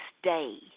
stay